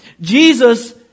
Jesus